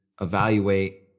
evaluate